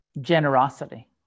Generosity